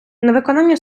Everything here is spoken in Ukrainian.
невиконання